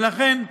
ולכן,